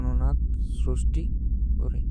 ଅନୁନାତ ସୁଷ୍ଟୀ ପରୀ।